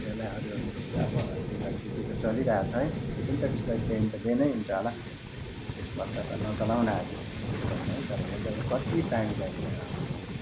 त्यसलाई अरू अरू चिज अब अहिलेघडी त त्यो त चलिरहेछ है त्यो पनि त बिस्तारै ब्यान्ड त ब्यान्डै हुन्छ होला त्यसपश्चात त नचलाउँ न हामी के गर्नु है तर हेर्दा कति दामी दामी आम्मामा